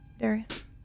Darius